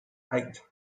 eight